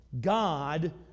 God